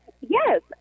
Yes